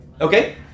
Okay